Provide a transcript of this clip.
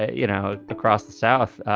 you know, across the south,